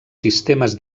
sistemes